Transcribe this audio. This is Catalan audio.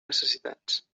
necessitats